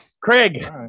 Craig